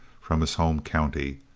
from his home county.